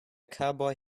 cowboy